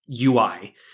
UI